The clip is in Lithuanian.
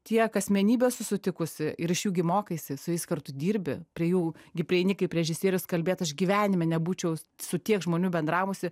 tiek asmenybių esu sutikusi ir iš jų gi mokaisi su jais kartu dirbi prie jų gi prieini kaip režisierius kalbėt aš gyvenime nebūčiau su tiek žmonių bendravusi